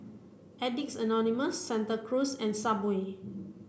Addicts Anonymous Santa Cruz and Subway